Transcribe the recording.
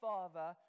Father